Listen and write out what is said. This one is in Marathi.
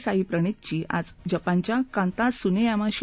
साई प्रणितची आज जपानच्या कांता सुनेयामाशी